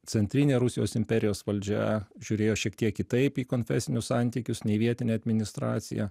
centrinė rusijos imperijos valdžia žiūrėjo šiek tiek kitaip į konfesinius santykius nei vietinė administracija